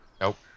Nope